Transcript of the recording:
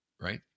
Right